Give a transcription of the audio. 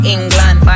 England